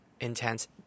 intense